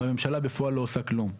והממשלה בפועל לא עושה כלום.